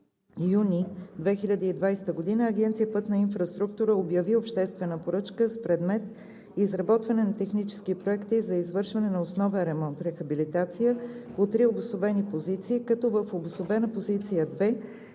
юни 2020 г. Агенция „Пътна инфраструктура“ обяви обществена поръчка с предмет: „Изработване на технически проекти за извършване на основен ремонт – рехабилитация, по три обособени позиции“, като в обособена позиция №